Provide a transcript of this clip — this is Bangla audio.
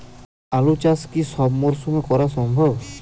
আলু চাষ কি সব মরশুমে করা সম্ভব?